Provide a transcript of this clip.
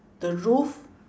the roof